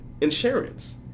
insurance